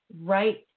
Right